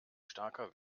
starker